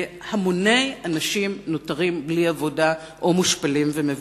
והמוני אנשים נותרים בלי עבודה או מושפלים ומבוזים.